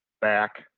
back